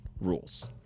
rules